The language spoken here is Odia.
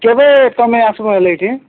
କେବେ ତୁମେ ଆସିବ ହେଲେ ଏଠି